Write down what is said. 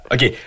Okay